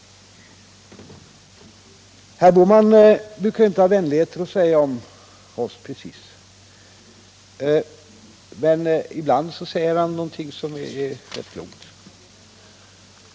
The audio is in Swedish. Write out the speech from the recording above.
Herr Bohman brukar inte precis ha vänligheter att säga om oss, men ibland säger han något som är rätt klokt.